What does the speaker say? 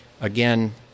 again